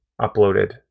uploaded